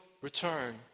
return